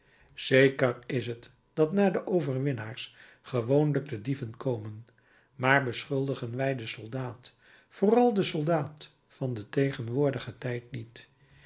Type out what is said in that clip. zeker is het dat na de overwinnaars gewoonlijk de dieven komen maar beschuldigen wij den soldaat vooral den soldaat van den tegenwoordigen tijd niet